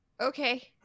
okay